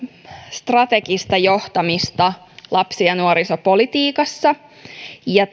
strategista johtamista lapsi ja nuorisopolitiikassa ja